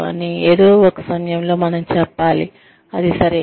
కానీ ఏదో ఒక సమయంలో మనం చెప్పాలి అది సరే